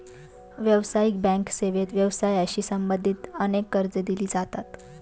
व्यावसायिक बँक सेवेत व्यवसायाशी संबंधित अनेक कर्जे दिली जातात